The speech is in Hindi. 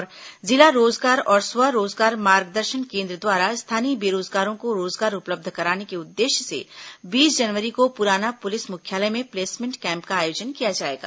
और जिला रोजगार और स्व रोजगार मार्गदर्शन केन्द्र द्वारा स्थानीय बेरोजगारों को रोजगार उपलब्ध कराने के उद्देश्य से बीस जनवरी को पुराना पुलिस मुख्यालय में प्लेसमेंट कैम्प का आयोजन किया जाएगा